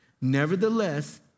Nevertheless